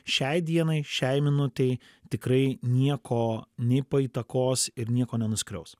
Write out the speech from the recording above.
šiai dienai šiai minutei tikrai nieko nei paįtakos ir nieko nenuskriaus